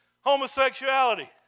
homosexuality